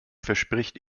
verspricht